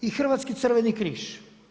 I Hrvatski crveni križ.